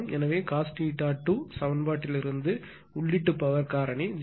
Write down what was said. எனவே cos θ2 சமன்பாட்டிலிருந்து உள்ளீட்டு பவர் காரணி 0